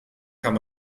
kann